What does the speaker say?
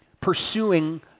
pursuing